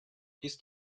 ist